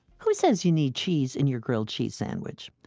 who says you need cheese in your grilled cheese sandwich?